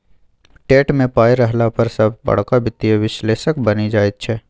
TET मे पाय रहला पर सभ बड़का वित्तीय विश्लेषक बनि जाइत छै